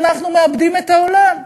אנחנו מאבדים את העולם.